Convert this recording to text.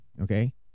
okay